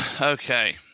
Okay